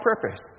purpose